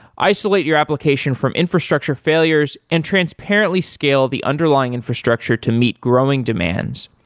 isolate your application from infrastructure failures and transparently scale the underlying infrastructure to meet growing demands,